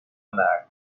monarchs